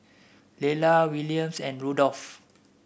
Lella Williams and Rudolph